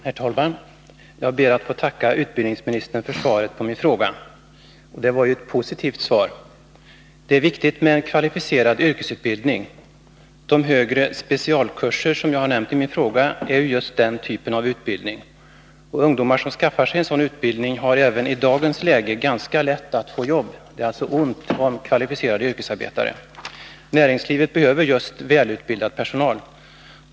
Herr talman! Jag ber att få tacka utbildningsministern för svaret på min fråga. Det var ett positivt svar. z Det är viktigt med en kvalificerad yrkesutbildning. De högre specialkurser som jag har nämnt i min fråga är exempel på just denna typ av utbildning. Ungdomar som skaffar sig sådan utbildning har även i dagens läge ganska lätt att få jobb — det är ont om kvalificerade yrkesarbetare. Näringslivet behöver välutbildad personal.